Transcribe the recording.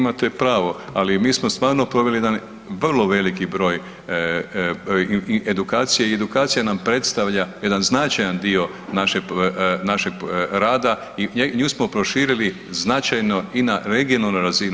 imate pravo, ali mi smo stvarno proveli jedan vrlo veliki broj edukacija i edukacija nam predstavlja jedan značajan dio našeg rada i nju smo proširili značajno i na regionalnu razinu.